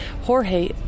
Jorge